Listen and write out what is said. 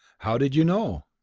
how did you know?